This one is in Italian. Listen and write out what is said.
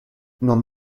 non